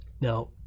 Now